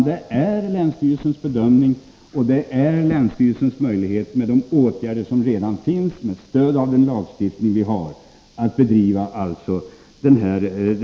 Det är länsstyrelsen som skall göra bedömningen, och länsstyrelsen har möjlighet, med stöd av gällande lagstiftning, att se till att de frilevande vildsvinen utrotas.